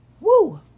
Woo